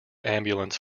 ambulance